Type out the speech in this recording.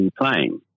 playing